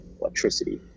electricity